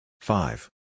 Five